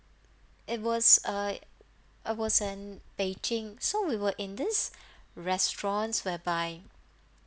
it was uh I was in beijing so we were in this restaurants whereby